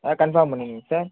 ஆ confirm பண்ணிக்கோங்க sir